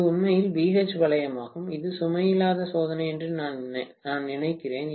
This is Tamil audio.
இது உண்மையில் BH வளையமாகும் இது சுமை இல்லாத சோதனை என்று நான் நினைக்கிறேன்